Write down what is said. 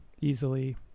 easily